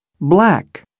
Black